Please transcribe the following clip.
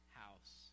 house